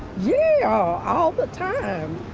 yeah, ah all the time.